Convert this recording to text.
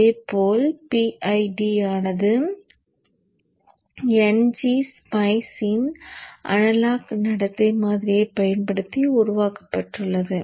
அதேபோல் PID ஆனது ngSpice இன் அனலாக் நடத்தை மாதிரியைப் பயன்படுத்தி உருவாக்கப்பட்டுள்ளது